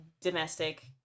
domestic